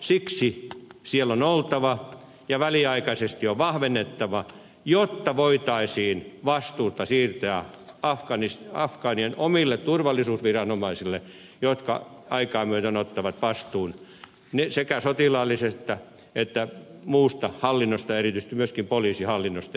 siksi siellä on oltava ja väliaikaisesti on vahvennettava jotta voitaisiin vastuuta siirtää afgaanien omille turvallisuusviranomaisille jotka aikaa myöten ottavat vastuun sekä sotilaallisesta että muusta hallinnosta erityisesti myöskin poliisihallinnosta